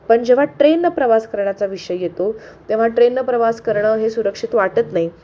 पण जेव्हा ट्रेननं प्रवास करण्याचा विषय येतो तेव्हा ट्रेननं प्रवास करणं हे सुरक्षित वाटत नाही